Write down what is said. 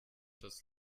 das